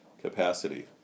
capacity